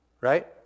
Right